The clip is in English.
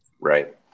Right